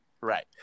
right